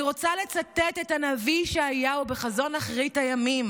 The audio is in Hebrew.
אני רוצה לצטט את הנביא ישעיהו בחזון אחרית הימים,